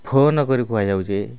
phone କରି କୁହାଯାଉଛି